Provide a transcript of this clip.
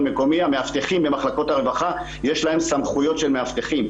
מקומי המאבטחים במחלקות הרווחה יש להם סמכויות של מאבטחים.